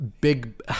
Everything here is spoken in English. big